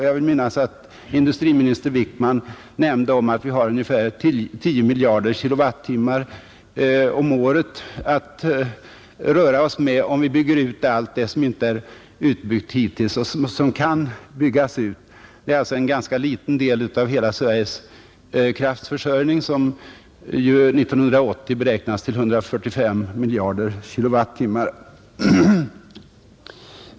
Jag vill minnas att industriminister Wickman nämnde att vi har ungefär 10 miljarder kilowattimmar om året att röra oss med, om vi bygger ut allt det som inte byggts ut hittills och som kan byggas ut. Det är alltså en ganska liten del av Sveriges totala kraftförsörjning, som 1980 beräknas till 145 miljarder kilowattimmar.